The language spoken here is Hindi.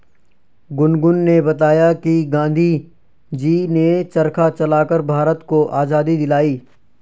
गुनगुन ने बताया कि गांधी जी ने चरखा चलाकर भारत को आजादी दिलाई